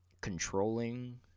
controlling